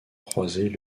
croisés